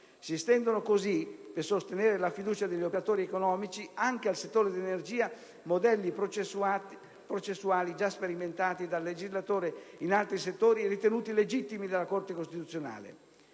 Si estendono così, per sostenere la fiducia degli operatori economici, anche al settore dell'energia modelli processuali già sperimentati dal legislatore in altri settori e ritenuti legittimi dalla Corte costituzionale.